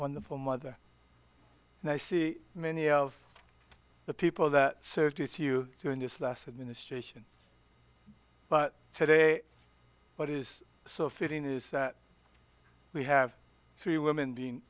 wonderful mother and i see many of the people that served with you during this last administration but today what is so fitting is that we have three women being